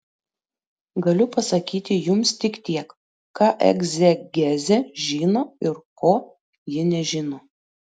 galiu pasakyti jums tik tiek ką egzegezė žino ir ko ji nežino